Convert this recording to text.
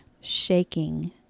shaking